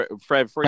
Fred